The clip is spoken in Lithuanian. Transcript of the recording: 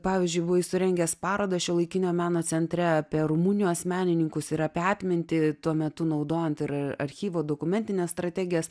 pavyzdžiui buvai surengęs parodą šiuolaikinio meno centre apie rumunijos menininkus ir apie atmintį tuo metu naudojant ir archyvo dokumentinė strategijas